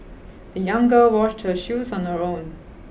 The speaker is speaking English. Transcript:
the young girl washed her shoes on her own